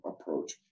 approach